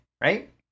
right